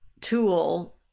tool